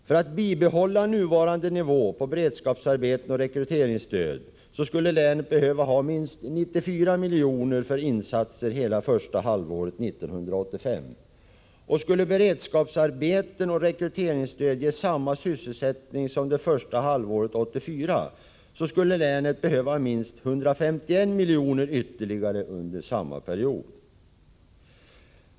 För att bibehålla nuvarande nivå på beredskapsarbeten och rekryteringsstöd skulle länet behöva minst 94 miljoner för insatser hela första halvåret 1985. Skulle beredskapsarbetena och rekryteringsstödet ge samma sysselsättning som under första halvåret 1984, skulle länet behövet ytterligare minst 151 miljoner under samma period.